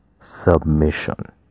submission